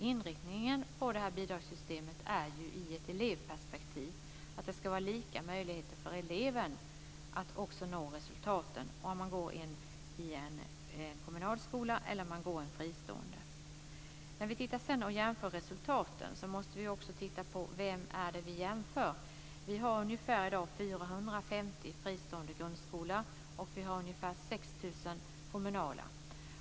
Inriktningen av bidragssystemet är ju utformad i ett elevperspektiv. Det ska vara lika möjligheter för elever att nå resultat oavsett om man går i en kommunal eller i en fristående skola. När vi sedan jämför resultaten måste vi också titta på vad det är vi jämför. Vi har i dag ungefär 450 fristående grundskolor och 6 000 kommunala.